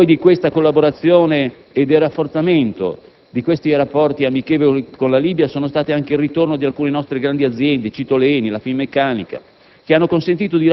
Risultati poi di questa collaborazione e del rafforzamento dei rapporti amichevoli con la Libia sono stati anche il ritorno di alcune nostre grandi aziende (cito ENI, la Finmeccanica)